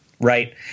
right